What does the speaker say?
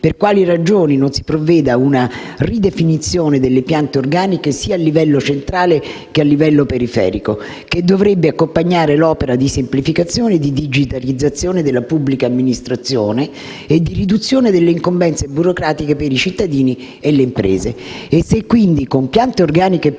per quali ragioni non si provveda a una ridefinizione delle piante organiche sia a livello centrale, che a livello periferico, che dovrebbe accompagnare l'opera di semplificazione, di digitalizzazione della pubblica amministrazione e di riduzione delle incombenze burocratiche per i cittadini e le imprese, e se, quindi, con piante organiche più